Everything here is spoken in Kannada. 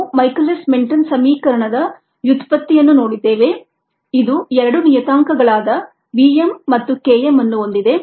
ನಾವು ಮೈಕೆಲಿಸ್ ಮೆನ್ಟನ್ ಸಮೀಕರಣದ ವ್ಯುತ್ಪತ್ತಿಯನ್ನು ನೋಡಿದ್ದೇವೆ ಇದು ಎರಡು ನಿಯತಾಂಕಗಳಾದ vm ಮತ್ತು K m ಅನ್ನು ಹೊಂದಿದೆ